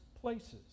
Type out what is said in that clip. places